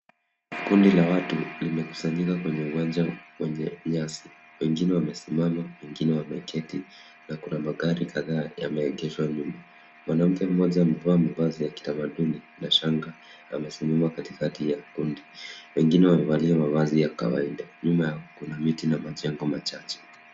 Kundi la watu limekusanyika kwenye uwanja wa nyasi, wengine wamesimama, wengine wameketi na kuna magari kadhaa yameegeshwa nyuma. Mwanamke mmoja amevaa mavazi ya kitamaduni na shanga na amesimama katikati ya kundi, wengine wamevaa mavazi ya kawaida. Nyuma yao kuna miti na majengo machache.